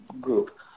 Group